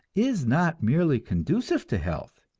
is not merely conducive to health,